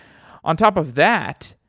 on top of that,